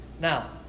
Now